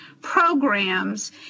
programs